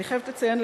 אני חייבת לציין,